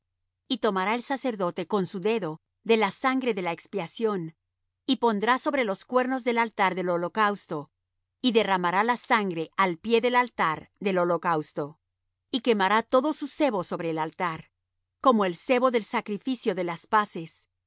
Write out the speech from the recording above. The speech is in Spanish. y tomará el sacerdote con su dedo de la sangre de la expiación y pondrá sobre los cuernos del altar del holocausto y derramará la sangre al pie del altar del holocausto y quemará todo su sebo sobre el altar como el sebo del sacrificio de las paces